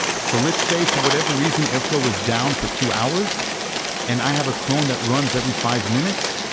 so let's say for whatever reason, airflow was down for two hours and i have a cron that runs every five minutes,